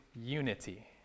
unity